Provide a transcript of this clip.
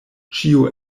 ĉio